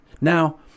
Now